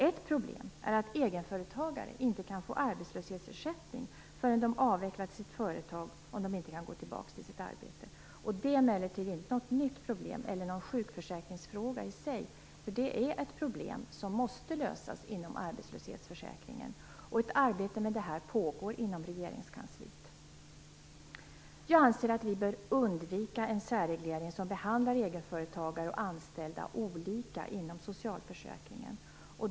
Ett problem är att egenföretagare inte kan få arbetslöshetsersättning förrän de avvecklat sitt företag om de inte kan gå tillbaka till sitt arbete. Detta är emellertid inte något nytt problem eller någon sjukförsäkringsfråga i sig. Det är ett problem som måste lösas inom arbetslöshetsförsäkringen. Ett arbete med detta pågår inom regeringskansliet. Jag anser att vi bör undvika en särreglering som behandlar egenföretagare och anställda olika inom socialförsäkringen.